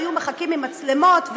והיו מחכים עם מצלמות.